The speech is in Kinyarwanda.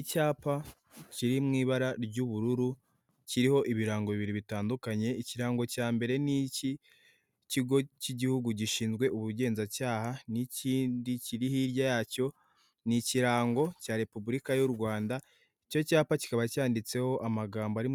Isoko rifite ibicuruzwa bitandukanye by'imitako yakorewe mu Rwanda, harimo uduseke twinshi n'imitako yo mu ijosi, n'imitako yo kumanika mu nzu harimo n'ibibumbano bigiye bitandukanye